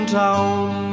town